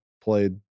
played